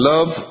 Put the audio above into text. Love